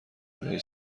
بهش